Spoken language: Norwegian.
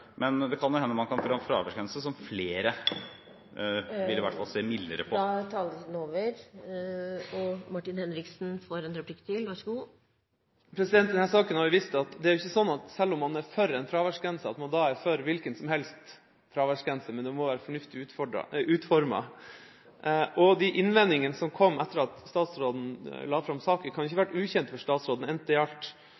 Men det kan hende man kan få en fraværsgrense som flere vil se mildere på. Denne saken har vist at det er ikke sånn at selv om man er for en fraværsgrense, er man for en hvilken som helst fraværsgrense. Den må være fornuftig utformet. De innvendingene som kom etter at statsråden la fram saken, kan ikke